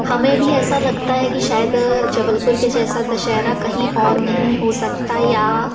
हमें भी ऐसा लगता है कि शायद जबलपुर के जैसा दशहरा कहीं और नहीं हो सकता या